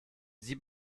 sie